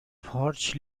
پارچ